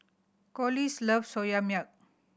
Collis love Soya Milk